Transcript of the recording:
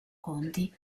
conti